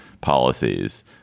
policies